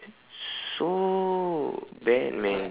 so bad man